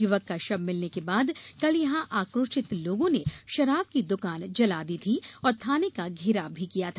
युवक का शव मिलने के बाद कल यहां आक्रोशित लोगो ने शराब की दुकान जला दी थी और थाने का घेराव भी किया था